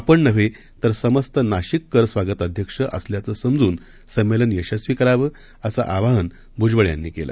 आपणनव्हेतरसमस्तनाशिककरस्वागताध्यक्षअसल्याचनसमजूनसंमेलनयशस्वीकरावं असंआवाहनभुजबळयांनीकेलं